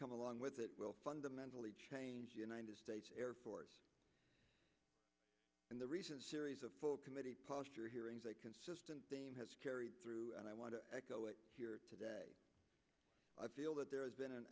come along with it will fundamentally change the united states air force and the recent series of full committee posture hearings a consistent theme has carried through and i want to echo it here today i feel that there has been an